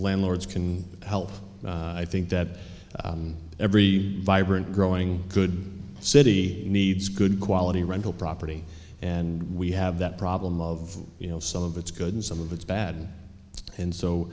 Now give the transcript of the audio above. landlords can help i think that every vibrant growing good city needs good quality rental property and we have that problem of you know some of it's good and some of it's bad and